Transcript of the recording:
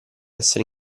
essere